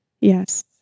Yes